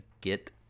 get